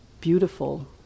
beautiful